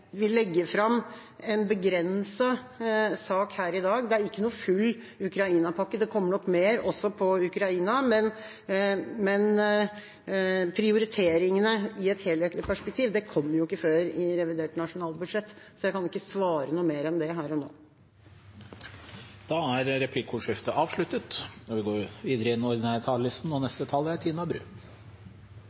Vi legger fram en begrenset sak her i dag. Det er ikke noen full Ukraina-pakke, det kommer nok mer også med tanke på Ukraina. Men prioriteringene i et helhetlig perspektiv kommer ikke før i revidert nasjonalbudsjett, så jeg kan ikke svare noe mer enn det her og nå. Replikkordskiftet er avsluttet. Den 24. februar markerer en svart dag i